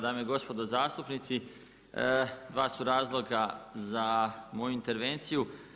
Dame, gospodo zastupnici, 2 su razloga za moju intervenciju.